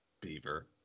Beaver